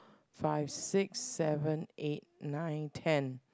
five six seven eight nine ten